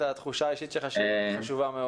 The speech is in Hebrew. התחושה האישית שלך שהיא גם מאוד חשובה?